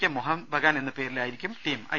K Mohun Bagan എന്ന പേരിലായിരിക്കും team I